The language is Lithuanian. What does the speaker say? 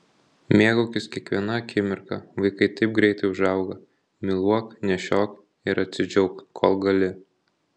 mėgaukis kiekviena akimirka vaikai taip greitai užauga myluok nešiok ir atsidžiauk kol gali